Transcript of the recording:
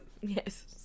yes